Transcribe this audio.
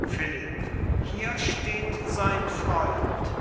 philipp hier steht sein freund